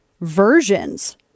versions